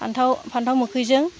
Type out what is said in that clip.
फानथाव मोखैजों